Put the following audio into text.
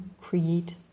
create